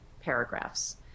paragraphs